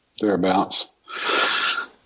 thereabouts